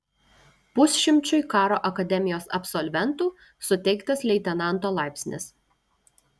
pusšimčiui karo akademijos absolventų suteiktas leitenanto laipsnis